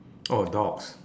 oh dogs